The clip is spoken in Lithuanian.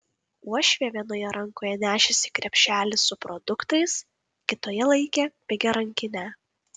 uošvė vienoje rankoje nešėsi krepšelį su produktais kitoje laikė pigią rankinę